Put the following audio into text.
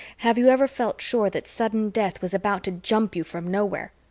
have you ever felt sure that sudden death was about to jump you from nowhere?